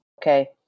okay